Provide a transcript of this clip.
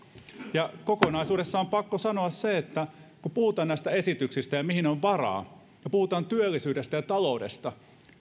kokonaisuudessaan on pakko sanoa se että kun puhutaan näistä esityksistä ja siitä mihin on varaa ja puhutaan työllisyydestä ja taloudesta